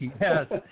Yes